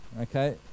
okay